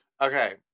Okay